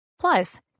Plus